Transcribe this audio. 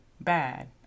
bad